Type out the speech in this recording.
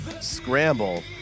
scramble